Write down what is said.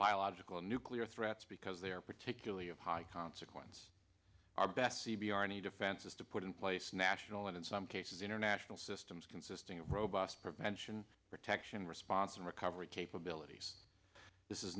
biological or nuclear threats because they are particularly of high consequence our best c b r any defense is to put in place national and in some cases international systems consisting of robust prevention protection response and recovery capabilities this is